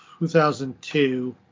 2002